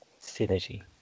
synergy